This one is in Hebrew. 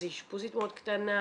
זו אשפוזית מאוד קטנה,